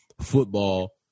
football